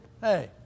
hey